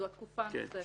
זו התקופה הנוספת.